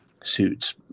suits